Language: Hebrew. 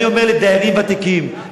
אני אומר לדיירים ותיקים,